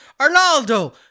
Arnaldo